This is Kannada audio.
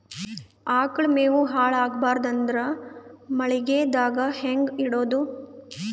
ಆಕಳ ಮೆವೊ ಹಾಳ ಆಗಬಾರದು ಅಂದ್ರ ಮಳಿಗೆದಾಗ ಹೆಂಗ ಇಡೊದೊ?